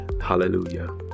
hallelujah